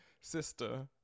sister